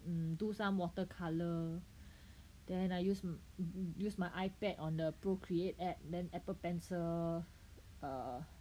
mm do some water colour then I use use my Ipad on the procreate app then apple pencil